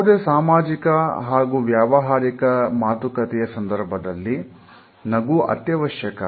ಯಾವುದೇ ಸಾಮಾಜಿಕ ಹಾಗೂ ವ್ಯವಹಾರಿಕ ಮಾತುಕತೆಯ ಸಂದರ್ಭದಲ್ಲಿ ನಗು ಅತ್ಯವಶ್ಯಕ